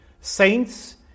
Saints